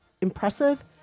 Impressive